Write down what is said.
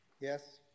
Yes